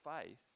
faith